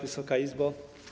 Wysoka Izbo!